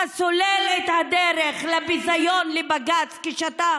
אתה סולל את הדרך לביזיון לבג"ץ כשאתה